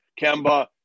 Kemba